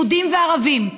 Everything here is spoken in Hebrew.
יהודים וערבים,